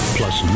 plus